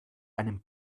einem